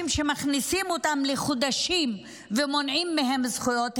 שמכניסים אותם לחודשים ומונעים מהם זכויות.